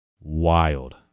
Wild